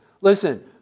Listen